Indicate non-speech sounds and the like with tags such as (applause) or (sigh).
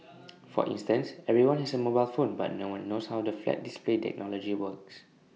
(noise) for instance everyone has A mobile phone but no one knows how the flat display technology works